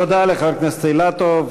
תודה לחבר הכנסת אילטוב.